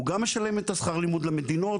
הוא גם משלם את השכר לימוד למדינות,